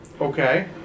okay